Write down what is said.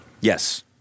Yes